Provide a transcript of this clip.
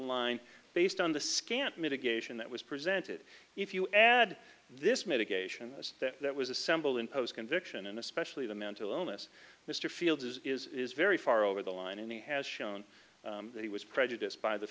line based on the scant mitigation that was presented if you add this mitigation was that that was assembled in post conviction and especially the mental illness mr fields is is is very far over the line and he has shown that he was prejudiced by the